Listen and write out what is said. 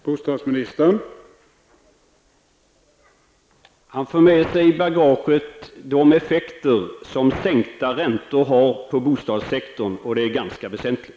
Herr talman! Han får med sig i bagaget de effekter som sänkta räntor har på bostadssektorn, och det är ganska väsentligt.